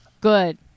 Good